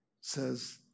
says